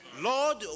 Lord